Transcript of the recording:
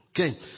Okay